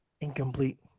incomplete